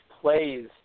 plays